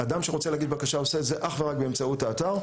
אדם שרוצה להגיש בקשה עושה את זה אך ורק באמצעות האתר,